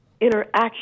interaction